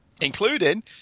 including